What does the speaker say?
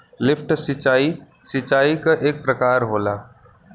lift सिंचाई, सिंचाई क एक प्रकार होला